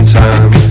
time